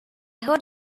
heard